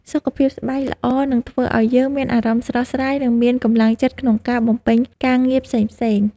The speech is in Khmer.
សុខភាពស្បែកល្អនឹងធ្វើឱ្យយើងមានអារម្មណ៍ស្រស់ស្រាយ និងមានកម្លាំងចិត្តក្នុងការបំពេញការងារផ្សេងៗ។